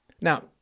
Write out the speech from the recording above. Now